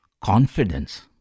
Confidence